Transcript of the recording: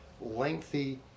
lengthy